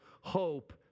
hope